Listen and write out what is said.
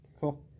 Cool